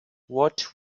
what